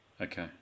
okay